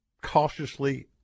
cautiously